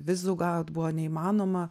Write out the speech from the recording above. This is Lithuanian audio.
vizų gaut buvo neįmanoma